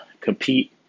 compete